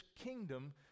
kingdom